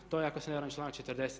To je ako se ne varam članak 40.